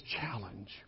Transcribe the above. challenge